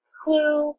clue